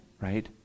right